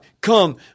come